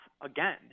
again